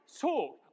talk